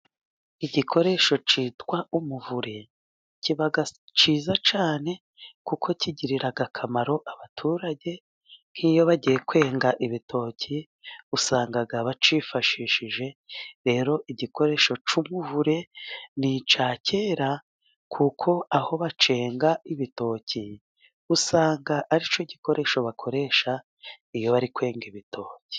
Igikoresho cyitwa umuvure ,kiba cyiza cyane kuko kigirira akamaro abaturage nk'iyo bagiye kwenga ibitoki ,usanga bakifashishije rero igikoresho cy'ubuvure, ni icya kera kuko aho bacyenga ibitoki ,usanga ari cyo gikoresho bakoresha iyo bari kwenga ibitoki.